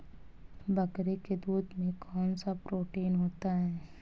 बकरी के दूध में कौनसा प्रोटीन होता है?